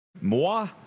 Moi